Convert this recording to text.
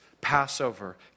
Passover